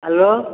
hello